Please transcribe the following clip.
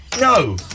No